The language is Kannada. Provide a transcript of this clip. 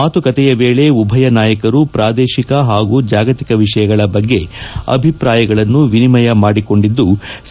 ಮಾತುಕತೆಯ ವೇಳೆ ಉಭಯ ನಾಯಕರು ಪ್ರಾದೇಶಿಕ ಹಾಗೂ ಜಾಗತಿಕ ವಿಷಯಗಳ ಬಗ್ಗೆ ಅಭಿಪ್ರಾಯಗಳನ್ನು ವಿನಿಮಯ ಮಾಡಿಕೊಂಡಿದ್ಲು